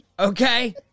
Okay